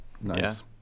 Nice